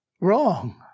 wrong